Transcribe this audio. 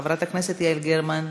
חבר הכנסת דב חנין,